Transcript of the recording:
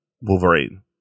Wolverine